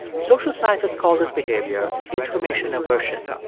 social scientists call this behavior information aversion.